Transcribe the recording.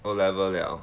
O level liao